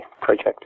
project